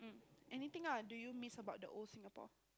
anything ah do you miss about the old Singapore